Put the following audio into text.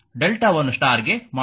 ಡೆಲ್ಟಾವನ್ನು star ಗೆ ಮಾಡುವಾಗ